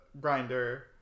grinder